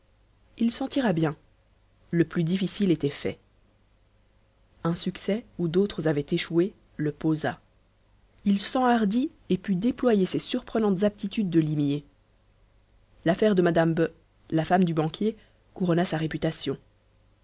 il s'en tira bien le plus difficile était fait un succès où d'autres avaient échoué le posa il s'enhardit et put déployer ses surprenantes aptitudes de limier l'affaire de mme b la femme du banquier couronna sa réputation